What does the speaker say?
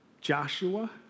Joshua